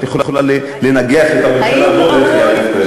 את יכולה לנגח את הממשלה לא דרך יעקב פרי.